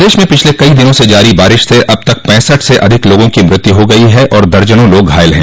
प्रदेश में पिछले कई दिनों से जारी बारिश से अब तक पैंसठ से अधिक लोगों की मौत हो गयी है और दर्जनों लोग घायल हैं